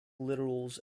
literals